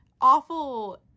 awful